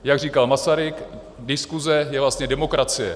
Jak říkal Masaryk, diskuse je vlastně demokracie.